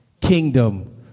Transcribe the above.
Kingdom